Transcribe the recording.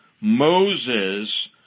Moses